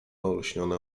olśnione